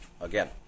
Again